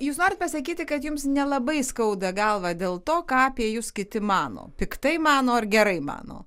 jūs norit pasakyti kad jums nelabai skauda galvą dėl to ką apie jus kiti mano piktai mano ar gerai mano